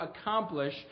accomplish